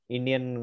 Indian